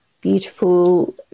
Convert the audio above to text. beautiful